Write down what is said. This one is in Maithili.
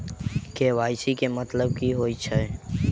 के.वाई.सी केँ मतलब की होइ छै?